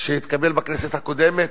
שהתקבל בכנסת הקודמת,